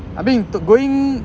I mean going